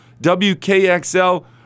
WKXL